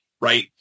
right